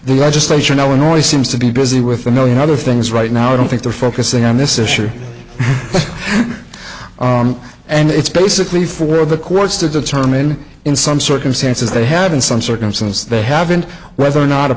the legislature now annoys seems to be busy with a million other things right now i don't think they're focusing on this issue and it's basically for the courts to determine in some circumstances they have in some circumstance they haven't whether or not a